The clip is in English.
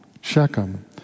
Shechem